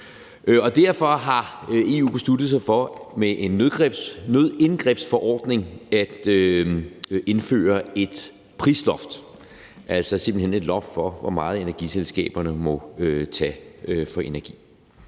Derfor har EU besluttet sig for med en nødindgrebsforordning at indføre et prisloft, altså simpelt hen et loft for, hvor meget energiselskaberne må tage for energi.